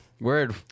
Word